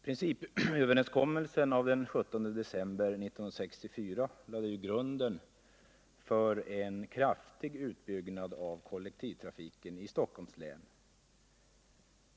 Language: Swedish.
Principöverenskommelsen av den 17 december 1964 lade ju grunden för en kraftig utbyggnad av kollektivtrafiken i Stockholms län.